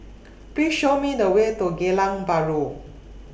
Please Show Me The Way to Geylang Bahru